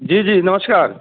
जी जी नमस्कार